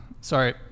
sorry